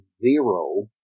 zero